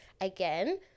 again